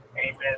Amen